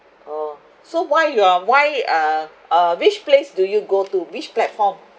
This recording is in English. orh so why you are why uh uh which place do you go to which platform